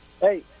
Hey